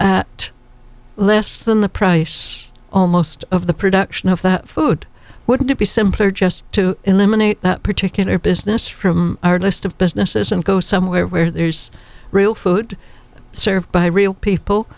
at less than the price almost of the production of that food wouldn't it be simpler just to eliminate that particular business from our list of businesses and go somewhere where there's real food served by real people